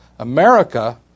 America